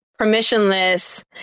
permissionless